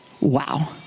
Wow